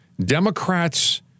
Democrats